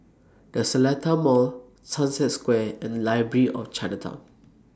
The Seletar Mall Sunset Square and Library At Chinatown